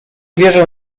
wierzę